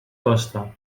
costa